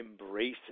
embracing